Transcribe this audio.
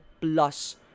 plus